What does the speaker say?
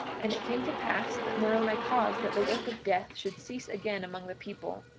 and it came to pass that moroni caused that the work of death should cease again among the people.